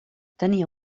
tenia